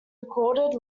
recorded